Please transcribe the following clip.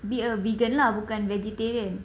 be a vegan lah bukan vegetarian